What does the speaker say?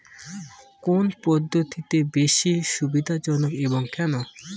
কোন পদ্ধতি বেশি সুবিধাজনক এবং কেন?